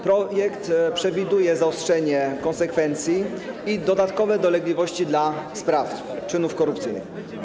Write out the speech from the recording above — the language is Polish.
Projekt przewiduje zaostrzenie konsekwencji i dodatkowe dolegliwości dla sprawców czynów korupcyjnych.